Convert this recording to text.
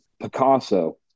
picasso